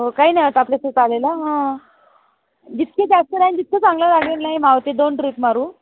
हो काही नाही होत आपला सोबत आलेलं हा जितके जास्त राहील तितकं चांगलं राहील नाही मावते तर दोन ट्रिप मारू